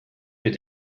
mit